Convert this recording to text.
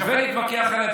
שווה להתווכח עליה.